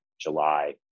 July